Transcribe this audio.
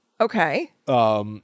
Okay